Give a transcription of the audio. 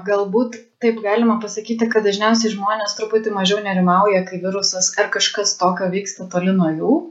galbūt taip galima pasakyti kad dažniausiai žmonės truputį mažiau nerimauja kai virusas ar kažkas tokio vyksta toli nuo jų